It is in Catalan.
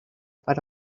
per